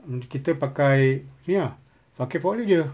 mm kita pakai ni ah pakai forklift jer